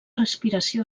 respiració